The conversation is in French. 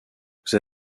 vous